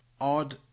odd